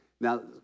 Now